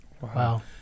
Wow